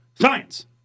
Science